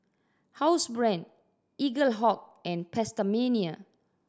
Housebrand Eaglehawk and PastaMania